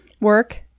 Work